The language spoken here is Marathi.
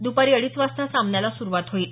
द्रपारी अडीच वाजता सामन्याला सुरुवात होईल